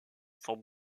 font